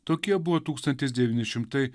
tokie buvo tūkstantis devyni šimtai